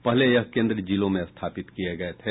पहले यह केन्द्र जिलों में स्थापित किये गये थे